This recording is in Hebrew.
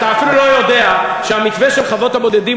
אתה אפילו לא יודע שהמתווה של חוות הבודדים